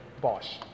Bosch